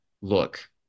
look